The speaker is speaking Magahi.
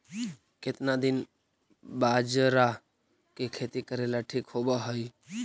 केतना दिन बाजरा के खेती करेला ठिक होवहइ?